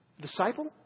disciple